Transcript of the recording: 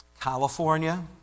California